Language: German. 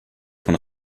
von